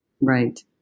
Right